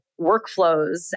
workflows